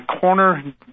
Corner